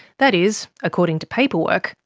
that is, according to paperwork,